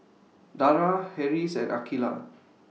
Dara Harris and Aqilah